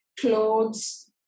clothes